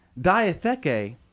diatheke